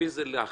ולפי זה להחליט,